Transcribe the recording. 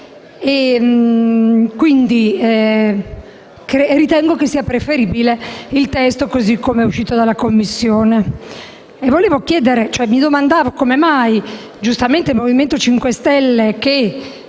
Camera. Ritengo sia preferibile il testo così come uscito dalla Commissione. Mi domando come mai il Movimento 5 Stelle, che